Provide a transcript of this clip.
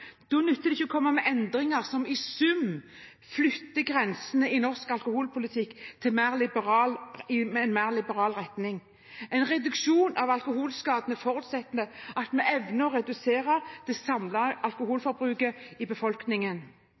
Da nytter det ikke å komme med endringer som i sum flytter grensene i norsk alkoholpolitikk i en mer liberal retning. En reduksjon av alkoholskadene forutsetter at vi evner å redusere det samlede alkoholforbruket i befolkningen.